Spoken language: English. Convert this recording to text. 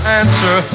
answer